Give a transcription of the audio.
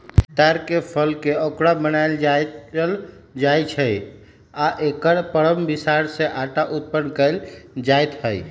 तार के फलके अकूरा बनाएल बनायल जाइ छै आ एकर परम बिसार से अटा उत्पादन कएल जाइत हइ